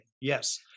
Yes